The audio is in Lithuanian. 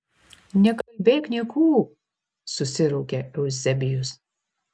nekalbėk niekų susiraukė euzebijus